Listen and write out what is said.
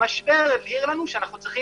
המשבר הבהיר לנו שאנחנו צריכים,